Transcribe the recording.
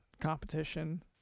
competition